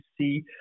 see